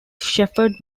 shepherd